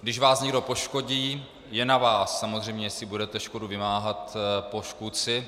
Když vás někdo poškodí, je na vás samozřejmě, jestli budete škodu vymáhat po škůdci.